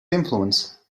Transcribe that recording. influence